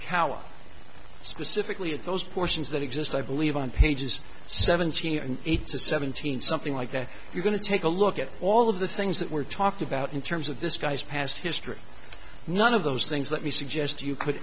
kalak specifically at those portions that exist i believe on pages seventeen and eighteen seventeen something like that you're going to take a look at all of the things that were talked about in terms of this guy's past history none of those things let me suggest to you could